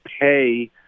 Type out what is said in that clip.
pay